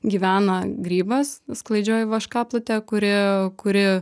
gyvena grybas sklaidžioji vaškaplutė kuri kuri